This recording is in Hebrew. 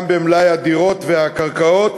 גם במלאי הדירות והקרקעות,